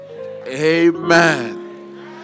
Amen